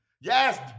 Yes